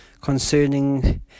concerning